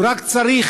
הוא רק צריך